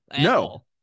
No